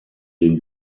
den